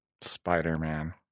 Spider-Man